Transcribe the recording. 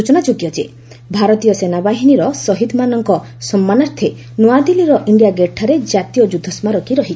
ସୂଚନା ଯୋଗ୍ୟ ଭାରତୀୟ ସେନାବାହିନୀର ଶହୀଦ୍ମାନଙ୍କ ସମ୍ମାନାର୍ଥେ ନ୍ତଆଦିଲ୍ଲୀର ଇଣ୍ଡିଆ ଗେଟ୍ଠାରେ ଜାତୀୟ ଯୁଦ୍ଧ ସ୍ମାରକୀ ରହିଛି